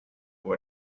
pour